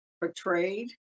portrayed